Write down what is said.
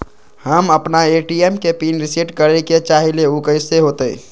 हम अपना ए.टी.एम के पिन रिसेट करे के चाहईले उ कईसे होतई?